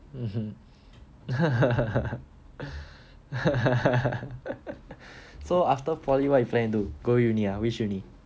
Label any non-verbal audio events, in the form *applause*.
*laughs* so after poly what are you planning to do go uni ah which uni